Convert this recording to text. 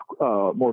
more